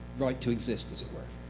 right to exist, as it were?